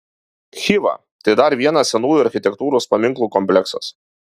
chiva tai dar vienas senųjų architektūros paminklų kompleksas